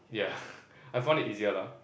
yeah I found it easier lah